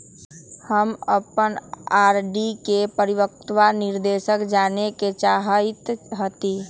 हम अपन आर.डी के परिपक्वता निर्देश जाने के चाहईत हती